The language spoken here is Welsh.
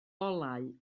olau